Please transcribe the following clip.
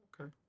Okay